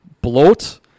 bloat